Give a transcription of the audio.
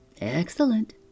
Excellent